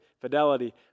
fidelity